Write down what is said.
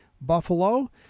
Buffalo